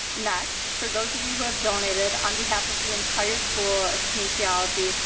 next, for those of you who have donated on behalf of the entire school of kinesiology,